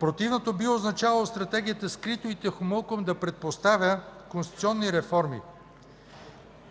Противното би означавало Стратегията скрито и тихомълком да предпоставя конституционни реформи.